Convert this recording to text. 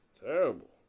Terrible